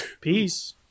Peace